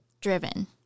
driven